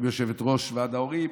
יושבת-ראש ועד ההורים,